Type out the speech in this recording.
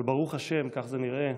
אבל ברוך השם, כך זה נראה,